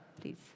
Please